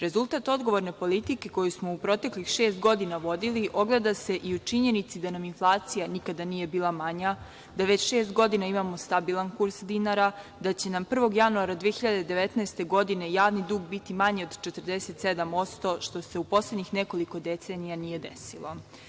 Rezultat odgovorne politike koju smo u proteklih šest godina vodili ogleda se i u činjenici da nam inflacija nikada nije bila manja, da već šest godina imamo stabilan kurs dinara, da će nam 1. januara 2019. godine javni dug biti manji od 47% što se u poslednjih nekoliko decenija nije desilo.